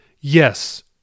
yes